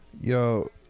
Yo